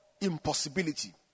impossibility